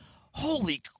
holy